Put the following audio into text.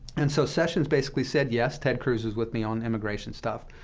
and so sessions basically said, yes, ted cruz was with me on immigration stuff,